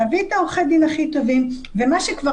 להביא את עורכי הדין הכי טובים ומה שכבר